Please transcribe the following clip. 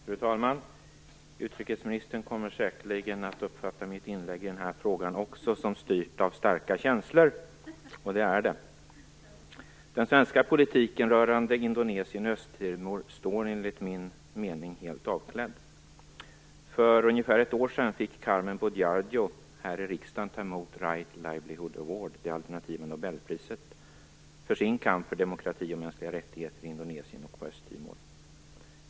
Fru talman! Utrikesministern kommer säkerligen att uppfatta också mitt inlägg i den här frågan som styrt av starka känslor, och det är det. Östtimor står, enligt min mening, helt avklädd. För ett år sedan fick Carmen Budjardo här i riksdagen ta emot Right Livelihood Award - det alternativa Nobelpriset - för sin kamp för demokrati och mänskliga rättigheter i Indonesien och på Östtimor.